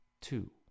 two